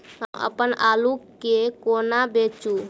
हम अप्पन आलु केँ कोना बेचू?